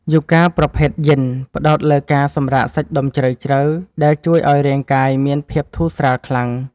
យូហ្គាប្រភេទយិន ផ្ដោតលើការសម្រាកសាច់ដុំជ្រៅៗដែលជួយឱ្យរាងកាយមានភាពធូរស្រាលខ្លាំង។